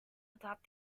without